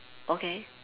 okay